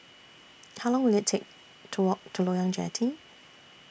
How Long Will IT Take to Walk to Loyang Jetty